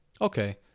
Okay